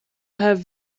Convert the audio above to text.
have